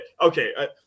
Okay